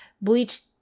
Bleach